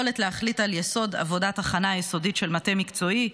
יכולת להחליט על יסוד עבודת הכנה יסודית של מטה מקצועי,